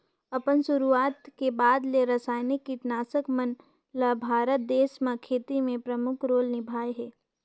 अपन शुरुआत के बाद ले रसायनिक कीटनाशक मन ल भारत देश म खेती में प्रमुख रोल निभाए हे